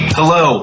Hello